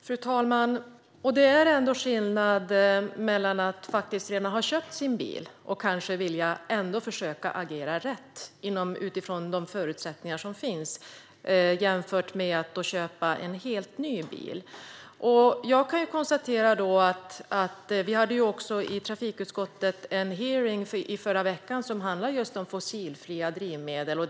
Fru talman! Det är skillnad mellan att ha köpt sin bil, och ändå vilja försöka att agera rätt utifrån de förutsättningar som finns, och att köpa en helt ny bil. I trafikutskottet hade vi en hearing i förra veckan som handlade just om fossilfria drivmedel.